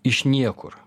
iš niekur